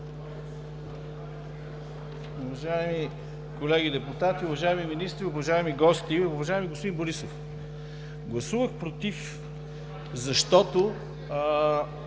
Уважаеми колеги депутати, уважаеми министри, уважаеми гости! Уважаеми господин Борисов, гласувах „против“, защото